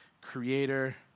creator